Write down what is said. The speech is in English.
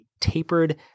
tapered